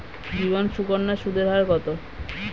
জীবন সুকন্যা সুদের হার কত?